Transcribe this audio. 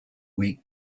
week